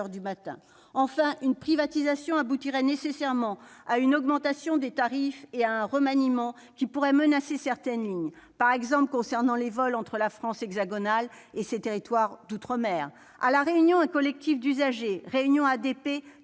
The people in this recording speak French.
du matin. Enfin, une privatisation aboutirait nécessairement à une augmentation des tarifs et à un remaniement qui pourraient menacer certaines lignes, par exemple celles reliant la France hexagonale à ses territoires d'outre-mer. À La Réunion, un collectif d'usagers, Réunion ADP,